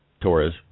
Torres